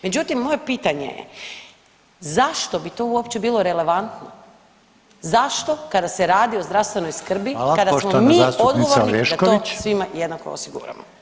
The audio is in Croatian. Međutim, moje pitanje je zašto bi to uopće bilo relevantno, zašto kada se radi o zdravstvenoj skrbi, kada smo mi odgovorni da to svima jednako osiguramo.